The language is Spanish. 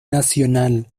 nacional